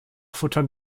futtern